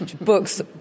books